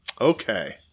Okay